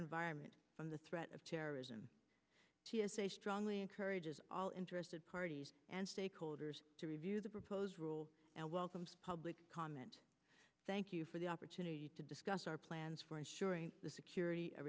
environment from the threat of terrorism t s a strongly encourages all interested parties and stakeholders to review the proposed rules and welcomes public comment thank you for the opportunity to discuss our plans for ensuring the security